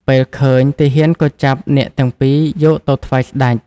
ពេលឃើញ ទាហានក៏ចាប់អ្នកទាំងពីរយកទៅថ្វាយស្ដេច។